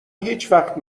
هیچوقت